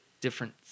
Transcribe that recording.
different